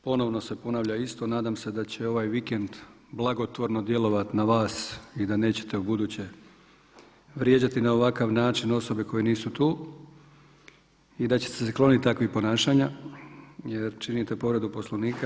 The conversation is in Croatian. Ponovno se ponavlja isto, nadam se da će ovaj vikend blagotvorno djelovati na vas i da nećete ubuduće vrijeđati na ovakav način osobe koje nisu tu i da ćete se kloniti takvih ponašanja jer činite povredu Poslovnika.